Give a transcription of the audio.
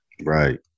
Right